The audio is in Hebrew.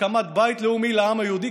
הקמת בית לאומי לעם היהודי,